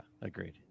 agreed